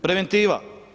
Preventiva?